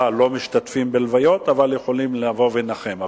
לא משתתפים בהלוויות אבל יכולים לבוא ולנחם,